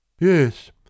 Yes